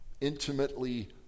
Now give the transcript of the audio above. intimately